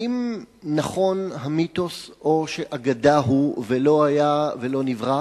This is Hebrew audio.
האם נכון המיתוס או שאגדה הוא ולא היה ולא נברא,